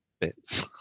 bits